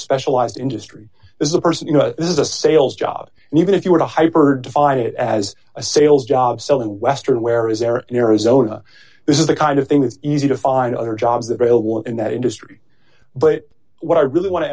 specialized industry is a person you know this is a sales job and even if you were to hyper define it as a sales job so in the western where is there in arizona this is the kind of thing that is easy to find other jobs available in that industry but what i really want to